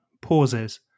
pauses